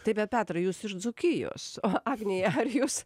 taip bet petrai jūs iš dzūkijos o agnija ar jūs